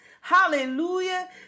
Hallelujah